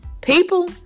People